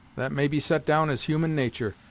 that may be set down as human natur'.